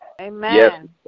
Amen